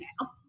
Now